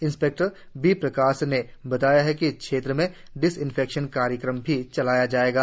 inspector B Prakash ने बताया कि क्षेत्र में डिसइनफेक्शन कार्यक्रम भी चलाया जायेगा